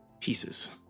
Pieces